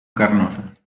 carnosas